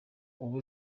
uba